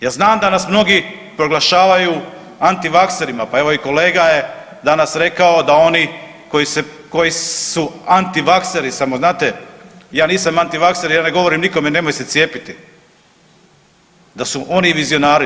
Ja znam da nas mnogi proglašavaju antivakserima pa evo i kolega je danas rekao da oni koji su antivakseri, samo znate ja nisam antivakser ja ne govorim nikom nemoj se cijepiti, da su oni vizionari.